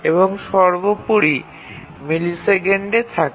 এটি মিলিসেকেন্ডে পরিমাপ করা হয়ে থাকে